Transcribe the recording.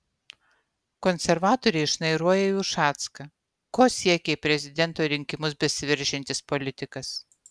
konservatoriai šnairuoja į ušacką ko siekia į prezidento rinkimus besiveržiantis politikas